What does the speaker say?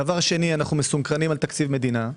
דבר שני, אנו מסונכרנים על תקציב מדינה.